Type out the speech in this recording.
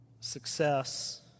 success